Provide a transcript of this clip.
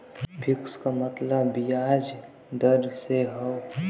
fix क मतलब बियाज दर से हौ